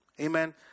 Amen